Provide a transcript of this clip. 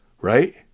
Right